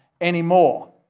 anymore